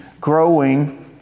growing